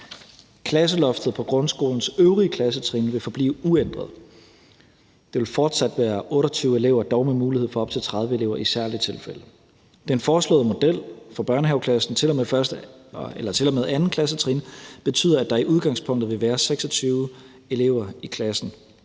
Klasseloftet på grundskolens øvrige klassetrin vil forblive uændret. Det vil fortsat være 28 elever, dog med mulighed for op til 30 elever i særlige tilfælde. Den foreslåede model for børnehaveklassen til og med 2. klassetrin betyder, at der i udgangspunktet vil være maks. 26 elever i klassen.